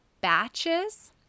batches